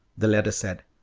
the letter said,